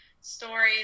stories